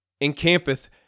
encampeth